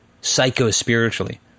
psycho-spiritually